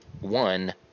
one